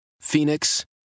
Phoenix